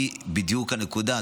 הוא בדיוק הנקודה.